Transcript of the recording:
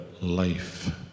life